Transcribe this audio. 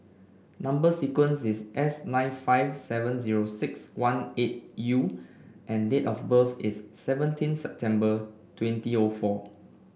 number sequence is S nine five seven zero six one eight U and date of birth is seventeen September twenty O four